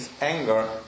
anger